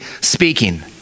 speaking